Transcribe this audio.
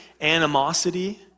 animosity